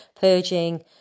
purging